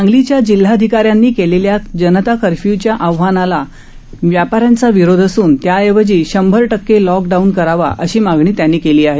सांगलीच्या जिल्हाधिकाऱ्यांनी केलेल्या जनता कर्फ्यूच्या आव्हानाला व्यापाऱ्यांचा विरोध असून त्या ऐवजी शंभर टक्के लॉकडाऊन करावा अशी मागणी त्यांनी केली आहे